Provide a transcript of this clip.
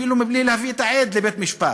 אפילו בלי להביא את העד לבית-משפט.